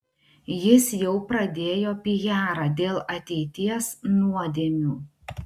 jis jau pradėjo pijarą dėl ateities nuodėmių